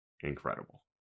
incredible